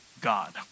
God